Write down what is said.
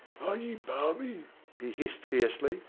are ye balmy he hissed fiercely,